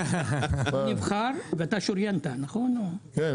כן,